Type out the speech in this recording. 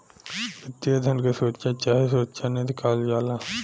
वित्तीय धन के सुरक्षा चाहे सुरक्षा निधि कहल जाला